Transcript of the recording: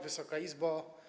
Wysoka Izbo!